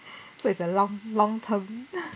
so it's a long long term